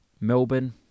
Melbourne